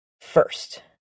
first